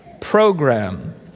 program